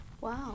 Wow